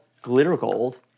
Glittergold